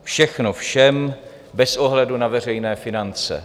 Všechno všem bez ohledu na veřejné finance.